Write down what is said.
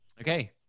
Okay